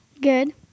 Good